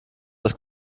das